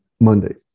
Monday